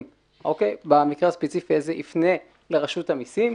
במקרה הספציפי הזה יפנה לרשות המסים,